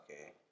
Okay